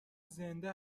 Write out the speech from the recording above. زنده